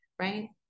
right